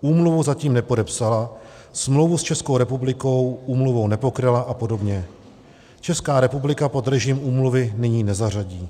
úmluvu zatím nepodepsala, smlouvu s Českou republikou úmluvou nepokryla a podobně, Česká republika pod režim úmluvy nyní nezařadí.